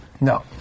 No